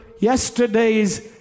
yesterday's